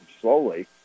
slowly